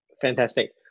Fantastic